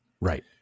Right